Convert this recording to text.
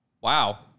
Wow